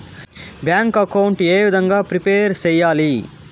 Bank account ఏ విధంగా prepare సెయ్యాలి?